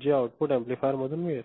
जे output amplifier मधून मिळेल